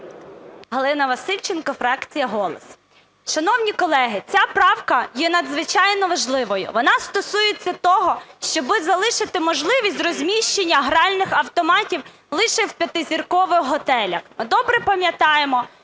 Галина Васильченко, фракція "Голос". Шановні колеги, ця правка є надзвичайно важливою, вона стосується того, щоби залишити можливість розміщення гральних автоматів лише в п'ятизіркових готелях. Ми добре пам'ятаємо,